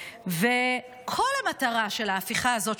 וכל המטרה של ההפיכה הזאת,